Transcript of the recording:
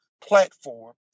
platform